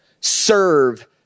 serve